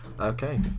okay